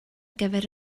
gyfer